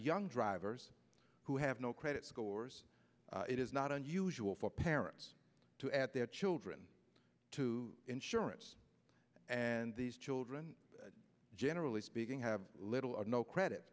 young drivers who have no credit scores it is not unusual for parents to add their children to insurance and these children generally speaking have little or no credit